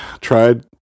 tried